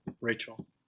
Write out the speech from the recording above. Rachel